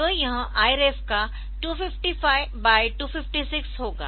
तो यह I ref का 255256 होगा